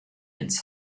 ins